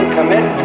Commit